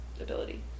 ability